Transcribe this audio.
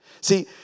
See